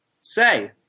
Say